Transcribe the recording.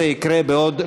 זה יקרה בעוד,